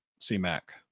C-Mac